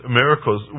miracles